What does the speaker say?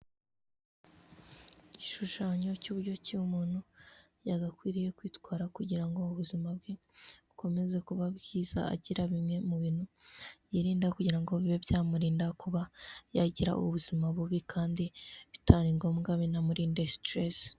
Igishushanyo cy'uburyo ki umuntu yagakwiriye kwitwara kugira ngo ubuzima bwe bukomeze kuba bwiza, agira bimwe mu bintu yirinda kugira ngo bibe byamurinda kuba yagira ubuzima bubi, kandi bitari ngombwa binamurinde siteresi.